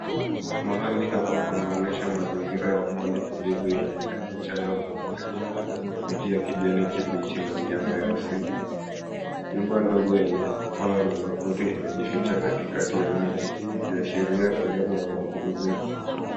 Mahali hapa panaonyesha mazingira ya pwani tulivu yenye mchanga mweupe, miti ya kijani kibichi na miamba ya asili. Nyumba ndogo yenye paa la makuti imejificha katikati ya miti, ikiashiria sehemu ya mapumziko.